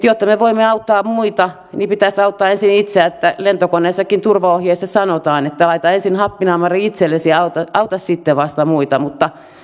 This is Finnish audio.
jotta me voimme auttaa muita niin pitäisi auttaa ensin itseään lentokoneessakin turvaohjeessa sanotaan että laita ensin happinaamari itsellesi ja auta sitten vasta muita mutta